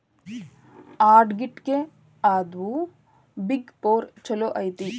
ಆಡಿಟ್ಗೆ ಯಾವ್ದ್ big four ಚಲೊಐತಿ?